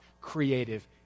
creative